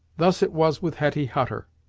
thus it was with hetty hutter.